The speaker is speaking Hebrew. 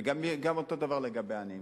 ואותו דבר לגבי העניים.